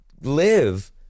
live